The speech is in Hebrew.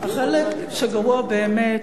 החלק שגרוע באמת,